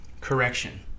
correction